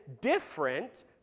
different